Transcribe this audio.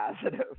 positive